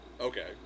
Okay